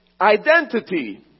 identity